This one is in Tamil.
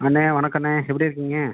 அண்ணே வணக்கண்ணே எப்படி இருக்கீங்க